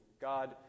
God